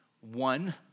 one